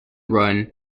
run